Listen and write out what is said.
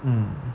mm